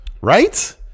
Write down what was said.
Right